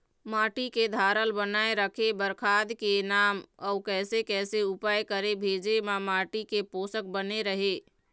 माटी के धारल बनाए रखे बार खाद के नाम अउ कैसे कैसे उपाय करें भेजे मा माटी के पोषक बने रहे?